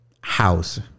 house